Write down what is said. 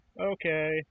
Okay